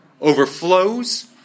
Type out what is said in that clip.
overflows